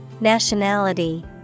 Nationality